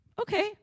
okay